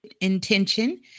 intention